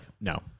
no